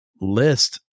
list